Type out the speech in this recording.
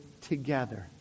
together